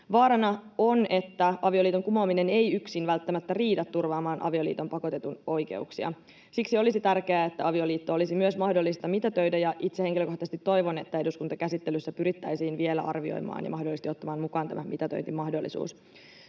Vaarana on, että avioliiton kumoaminen ei yksin välttämättä riitä turvaamaan avioliittoon pakotetun oikeuksia. Siksi olisi tärkeää, että avioliitto olisi myös mahdollista mitätöidä, ja itse henkilökohtaisesti toivon, että eduskuntakäsittelyssä pyrittäisiin vielä arvioimaan ja mahdollisesti ottamaan mukaan tämä mitätöintimahdollisuus.